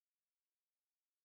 nigga songs